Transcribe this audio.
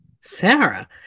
Sarah